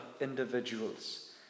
individuals